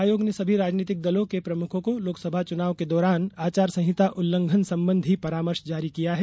आयोग ने सभी राजनीतिक दलों के प्रमुखों को लोकसभा चनाव के दौरान आचार संहिता उल्लंघन संबंधी परामर्श जारी किया है